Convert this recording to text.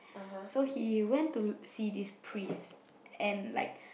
so he went to see this priest and like